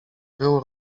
był